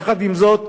יחד עם זאת,